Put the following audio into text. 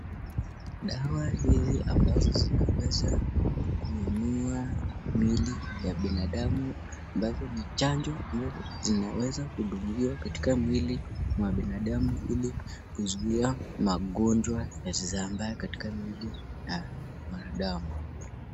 Dawa hizi ambazo zinaweza kuinua mili ya binadamu ambazo ni chanjo zinaweza kudungiwa kwa mwili mwa binadamu ilikuzuia magonjwa hasizambae katika mwili ya mwanadamu.